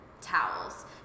towels